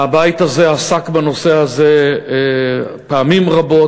הבית הזה עסק בנושא הזה פעמים רבות,